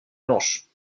blanche